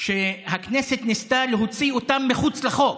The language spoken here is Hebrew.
שהכנסת ניסתה להוציא אותם מחוץ לחוק,